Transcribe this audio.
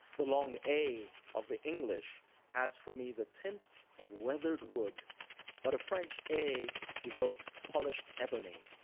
the long a of the english has, for me, the tint of weathered wood but a french a evokes polished ebony.